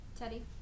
Teddy